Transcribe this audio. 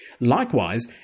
Likewise